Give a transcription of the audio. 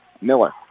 Miller